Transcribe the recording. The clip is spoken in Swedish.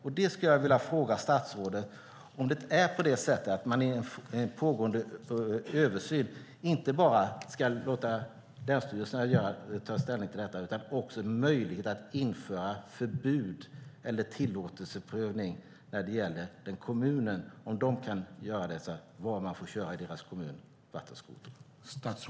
Därför skulle jag vilja fråga statsrådet om man i en pågående översyn inte enbart ska låta länsstyrelserna ta ställning till frågan utan också ge kommunerna möjlighet att införa förbud, eller ge tillåtelseprövning, så att de kan avgöra var i deras kommun man får köra vattenskoter.